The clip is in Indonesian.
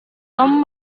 tom